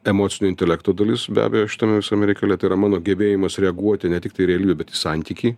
emocinio intelekto dalis be abejo šitam visam reikale tai yra mano gebėjimas reaguoti ne tiktai į realybę bet į santykį